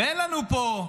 ואין לנו פה